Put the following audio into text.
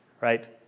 Right